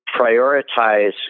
prioritize